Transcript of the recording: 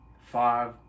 five